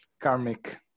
karmic